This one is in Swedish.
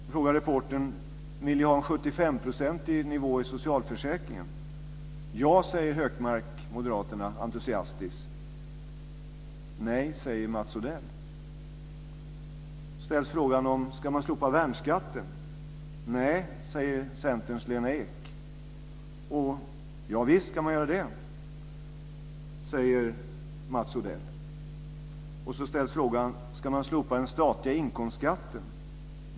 Då frågar reporten: Vill ni ha en nivå på 75 % i socialförsäkringen? Ja, säger Hökmark från Moderaterna entusiastiskt. Nej, säger Mats Odell. Så ställs frågan: Ska man slopa värnskatten? Nej, säger Centerns Lena Ek. Ja, visst ska man göra det, säger Mats Odell. Så ställs frågan: Ska man slopa den statliga inkomstskatten?